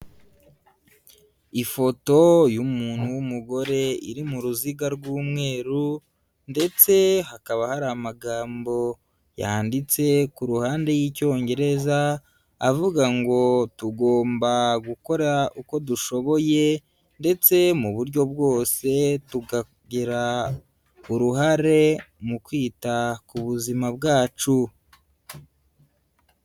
Ifoto y'umuntu w'umugore iri mu ruziga rw'umweru, ndetse hakaba hari amagambo yanditse ku ruhande y'Icyongereza avuga ngo "tugomba gukora uko dushoboye, ndetse mu buryo bwose tukagira uruhare mu kwita ku buzima bwacu".